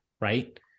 right